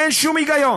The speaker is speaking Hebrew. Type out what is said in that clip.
אין שום היגיון.